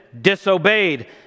disobeyed